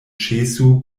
ĉesu